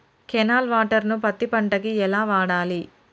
Canal water ను పత్తి పంట కి ఎలా వాడాలి?